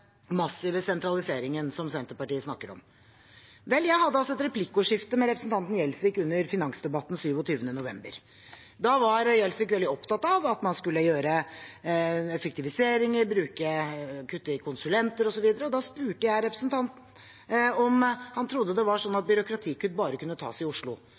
massive sentraliseringen som Senterpartiet snakker om. Vel, jeg hadde et replikkordskifte med representanten Gjelsvik under finansdebatten 27. november. Da var Gjelsvik veldig opptatt av at man skulle gjøre effektiviseringer, kutte i konsulentbruk osv. Da spurte jeg representanten om han trodde det var sånn at byråkratikutt bare kunne tas i Oslo.